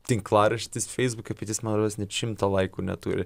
tinklaraštis feisbuke bet jis man rodos net šimto laikų neturi